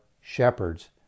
shepherds